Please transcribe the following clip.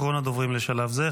אחרון הדוברים לשלב זה,